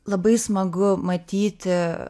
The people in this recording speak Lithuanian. labai smagu matyti